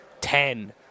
ten